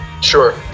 sure